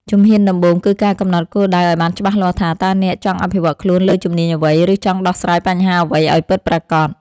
ជំហានដំបូង គឺការកំណត់គោលដៅឱ្យបានច្បាស់លាស់ថា តើអ្នកចង់អភិវឌ្ឍខ្លួនលើជំនាញអ្វី ឬចង់ដោះស្រាយបញ្ហាអ្វីឱ្យពិតប្រាកដ។